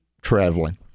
traveling